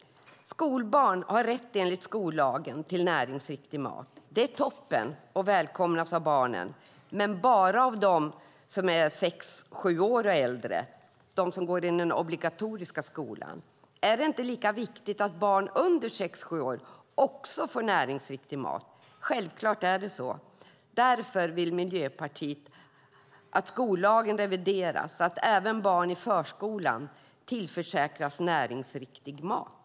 Skolbarn har rätt, enligt skollagen, till näringsriktig mat. Det är toppen, och det välkomnas av barnen. Men det gäller bara dem som är sex sju år och äldre, de som går i den obligatoriska skolan. Är det inte lika viktigt att barn under sex sju år också får näringsriktig mat? Självklart är det så. Därför vill Miljöpartiet att skollagen revideras så att även barn i förskolan tillförsäkras näringsriktig mat.